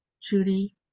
Judy